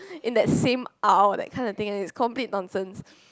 in the same isle that kind of thing is complete nonsense